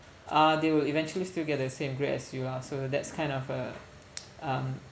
uh they will eventually still get the same grade as you lah so that's kind of a um